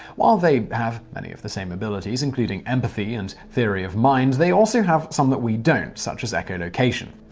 while they have many of the same abilities, including empathy and theory of mind, they also have some that we don't, such as echolocation.